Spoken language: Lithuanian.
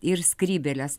ir skrybėles